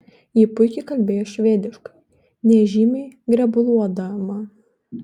ji puikiai kalbėjo švediškai nežymiai grebluodama